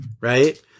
Right